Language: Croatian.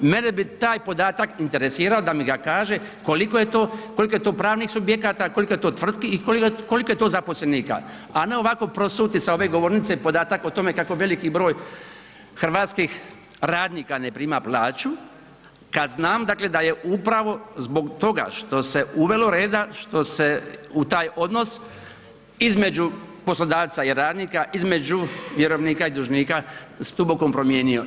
Mene bi taj podatak interesirao da mi ga kaže, koliko je to, koliko je to pravnih subjekata, koliko je to tvrtki i koliko je to zaposlenika, a ne ovako prosuti sa ove govornice podatak o tome kako veliki broj hrvatskih radnika ne prima plaću kad znam dakle da je upravo zbog toga što se uvelo reda, što se u taj odnos između poslodavca i radnika, između vjerovnika i dužnika se duboko promijenio.